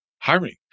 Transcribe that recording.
hiring